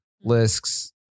lists